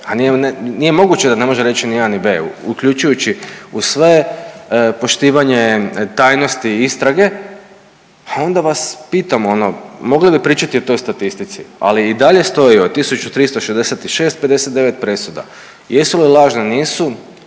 ha nije moguće da ne može reći ni a ni b uključujući u sve poštivanje tajnosti istrage. A onda vas pitam ono, mogli bi pričati o toj statistici, ali i dalje stoji od 1.366, 59 presuda. Jesu li lažne, nisu?